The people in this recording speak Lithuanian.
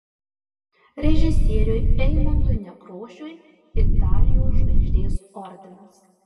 režisieriui eimuntui nekrošiui italijos žvaigždės ordinas